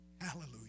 hallelujah